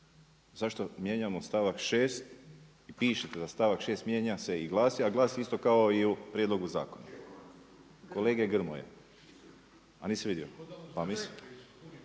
Zašto mijenjamo stavak 6., pišete da stavak 6. mijenja se i glasi, a glasi isto kao i u prijedlogu zakona. Kolege Grmoje. A nisi vidio?